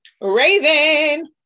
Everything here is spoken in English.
Raven